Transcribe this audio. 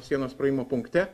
sienos praėjimo punkte